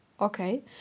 okay